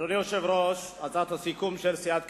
אדוני היושב-ראש, הצעת הסיכום של סיעת קדימה: